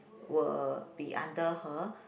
were be under her